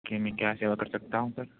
کہ میں کیا سیوا کر سکتا ہوں سر